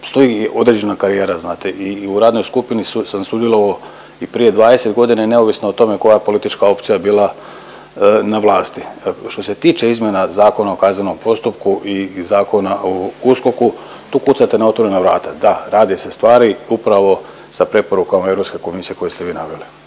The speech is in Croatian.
stoji određena karijera znate i u radnoj skupini sam sudjelovao i prije 20 godina i neovisno o tome koja politička opcija je bila na vlasti. Što se tiče izmjena Zakona o kaznenom postupku i Zakon o USKOK-u tu kucate na otvorena vrata. Da, rade se stvari upravo sa preporukama Europske komisije koje ste vi naveli.